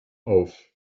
auf